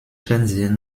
fernsehen